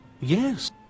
Yes